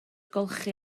olchi